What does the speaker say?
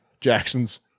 Jackson's